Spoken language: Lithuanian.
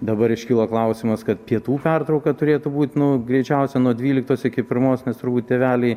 dabar iškilo klausimas kad pietų pertrauka turėtų būt nu greičiausia nuo dvyliktos iki pirmos nes turbūt tėveliai